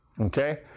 okay